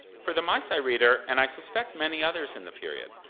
for the meisei reader, and i suspect many others in the period,